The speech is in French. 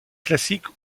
classique